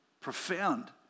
Profound